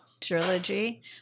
trilogy